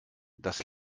dass